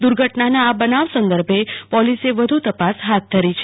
દુર્ધટનાના આ બનાવ સંદર્ભે પોલીસે વધુ તપાસ હાથ ધરી છે